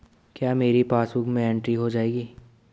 क्या मेरी पासबुक में एंट्री हो जाएगी?